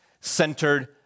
centered